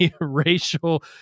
racial